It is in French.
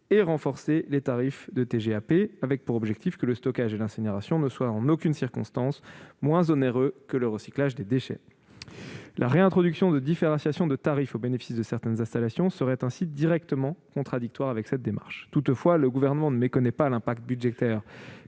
et renforcé les taux de TGAP, avec pour objectif que le stockage et l'incinération ne soient en aucune circonstance moins onéreux que le recyclage des déchets. La réintroduction de différenciations dans les taux au bénéfice de certaines installations serait donc directement contradictoire avec cette démarche. Toutefois, le Gouvernement ne méconnaît pas l'impact budgétaire